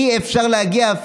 אי-אפשר אפילו להגיע.